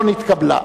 לא נתקבלה.